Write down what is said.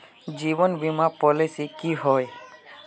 जीवन बीमा पॉलिसी की होय?